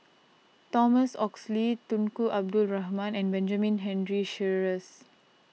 Thomas Oxley Tunku Abdul Rahman and Benjamin Henry Sheares